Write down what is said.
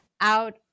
out